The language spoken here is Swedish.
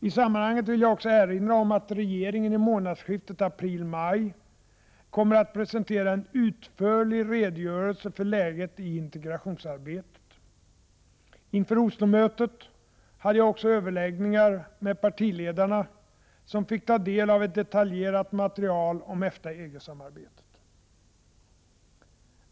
I sammanhanget vill jag också erinra om att regeringen i månadsskiftet april-maj kommer att presentera en utförlig redogörelse för läget i integrationsarbetet. Inför Oslomötet hade jag också överläggningar med partiledarna, som fick ta del av ett detaljerat material om EFTA/EG-samarbetet.